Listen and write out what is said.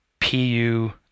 pu